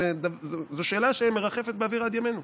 זו שאלה שמרחפת באוויר עד ימינו.